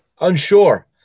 unsure